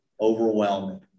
overwhelming